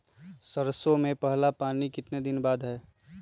सरसों में पहला पानी कितने दिन बाद है?